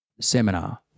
seminar